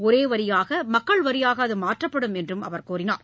ஒரே வரியாக மக்கள் வரியாக அதுமாற்றப்படும் என்று அவர் கூறினார்